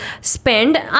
spend